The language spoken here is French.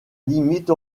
limite